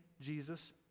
Jesus